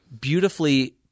beautifully